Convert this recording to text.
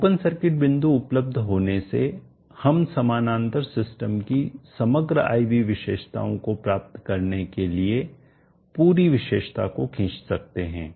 open circuit बिंदु उपलब्ध होने से हम समानांतर सिस्टम की समग्र I V विशेषताओं को प्राप्त करने के लिए पूरी विशेषता को खींच सकते हैं